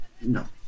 No